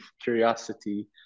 curiosity